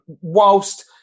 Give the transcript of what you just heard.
Whilst